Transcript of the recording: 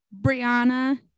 Brianna